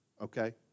Okay